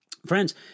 Friends